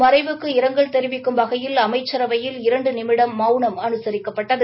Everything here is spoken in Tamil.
மறைவுக்கு இரங்கல் தெரிவிக்கும் வகையில் அமைச்சரவையில் இரண்டு நிமிடம் மவுளம் மவுளம் அவரது அனுசரிக்கப்பட்டது